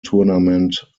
tournament